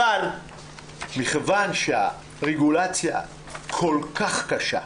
אבל מכיוון שהרגולציה כל כך קשה,